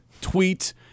tweet